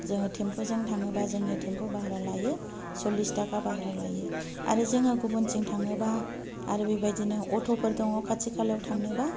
जोङो थिमफुजों थाङोबा जोंनि थिमफु भारा लायो सलिस थाखा भारा लायो आरो जोङो गुबुनथिं थाङोबा आरो बेबायदिनो अट'फोर दङ खाथि खालायाव थांनोबा